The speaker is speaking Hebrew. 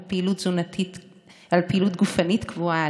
על פעילות גופנית קבועה,